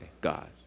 God